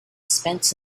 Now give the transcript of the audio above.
spence